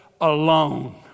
alone